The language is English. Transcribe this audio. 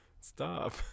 Stop